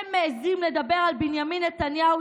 אתם מעיזים לדבר על בנימין נתניהו,